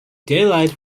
daylight